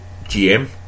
GM